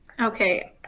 Okay